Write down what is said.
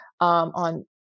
on